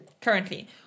currently